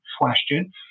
question